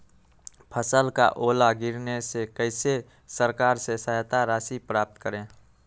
फसल का ओला गिरने से कैसे सरकार से सहायता राशि प्राप्त करें?